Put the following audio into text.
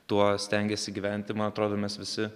tuo stengiasi gyventi man atrodo mes visi